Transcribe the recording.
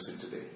today